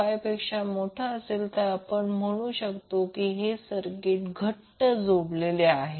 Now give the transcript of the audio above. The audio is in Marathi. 5 पेक्षा मोठा असेल तर आपण म्हणूया हे सर्किट घट्ट जोडलेले आहे